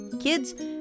Kids